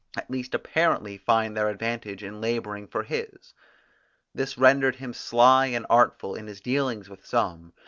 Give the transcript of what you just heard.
at least apparently find their advantage in labouring for his this rendered him sly and artful in his dealings with some,